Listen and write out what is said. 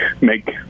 make